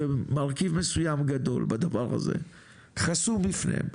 ומרכיב מסוים גדול בדבר הזה חסום בפניהם.